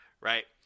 right